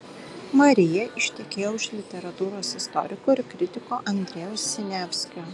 marija ištekėjo už literatūros istoriko ir kritiko andrejaus siniavskio